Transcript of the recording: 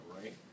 right